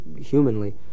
humanly